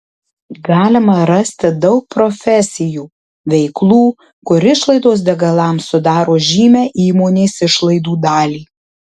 galima rasti daug profesijų veiklų kur išlaidos degalams sudaro žymią įmonės išlaidų dalį